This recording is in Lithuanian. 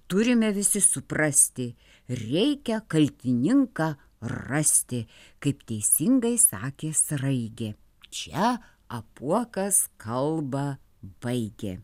turime visi suprasti reikia kaltininką rasti kaip teisingai sakė sraigė čia apuokas kalbą baigė